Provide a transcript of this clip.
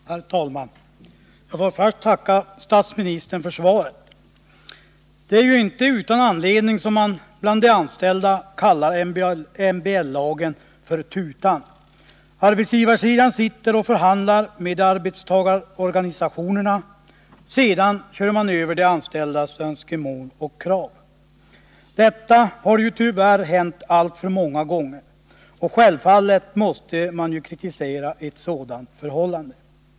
Herr talman! Jag vill börja med att tacka statsministern för svaret. Det är inte utan anledning som man bland de anställda kallar MBL för tutan. Arbetsgivarsidan sitter och förhandlar med arbetstagarorganisationerna, sedan kör man över de anställdas önskemål och krav. Detta har tyvärr hänt alltför många gånger, och självfallet måste man kritisera ett sådant förhållande.